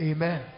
Amen